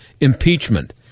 impeachment